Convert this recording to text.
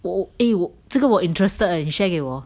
我 eh 我这个 interested leh 你 share 给我